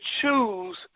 choose